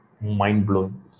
mind-blowing